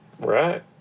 Right